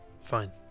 Fine